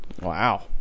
wow